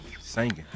singing